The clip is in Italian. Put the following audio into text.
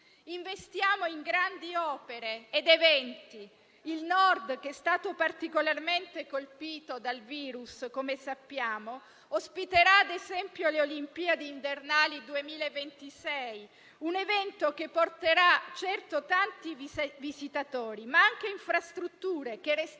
Investiamo in grandi opere ed eventi. Il Nord, che è stato particolarmente colpito dal virus, come sappiamo, ospiterà ad esempio le Olimpiadi invernali del 2026. Un evento che porterà certo tanti visitatori, ma anche infrastrutture che resteranno